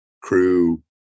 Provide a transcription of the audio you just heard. crew